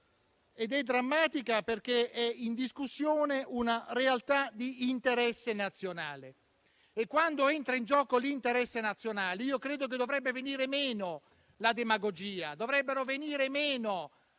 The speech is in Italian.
e drammatica, perché è in discussione una realtà di interesse nazionale. Quando entra in gioco l'interesse nazionale, credo che dovrebbero venire meno la demagogia, la propaganda,